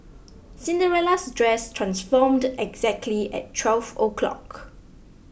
Cinderella's dress transformed exactly at twelve o'clock